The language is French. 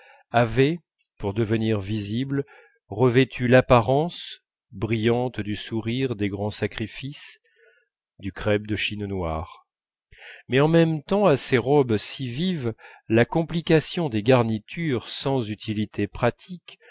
avait pour devenir visible revêtu l'apparence brillante du sourire des grands sacrifices du crêpe de chine noir mais en même temps à ces robes si vives la complication des garnitures sans utilité pratique